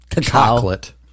chocolate